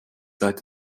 seit